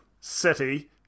city